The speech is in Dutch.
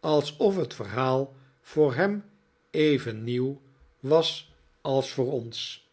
alsof het verhaal voor hem even nieuw was als voor ons